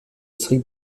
district